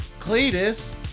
Cletus